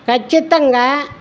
ఖచ్చితంగా